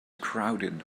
crowded